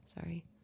Sorry